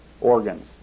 organs